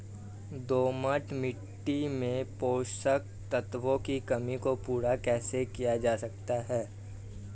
दोमट मिट्टी में पोषक तत्वों की कमी को पूरा कैसे किया जा सकता है?